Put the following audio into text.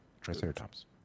Triceratops